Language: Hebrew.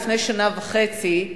לפני שנה וחצי,